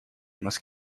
must